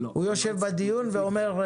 הוא יושב בדיון ואומר: